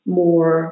more